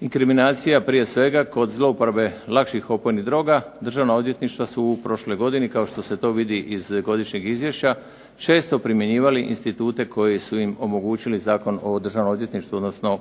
inkriminacija prije svega kod zlouporabe lakših opojnih droga državna odvjetništva su u prošloj godini kao što se to vidi iz Godišnjeg izvješća često primjenjivali institute koji su im omogućili Zakon o Državnom odvjetništvu, odnosno